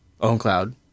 OwnCloud